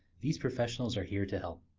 these professionals are here to help.